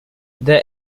their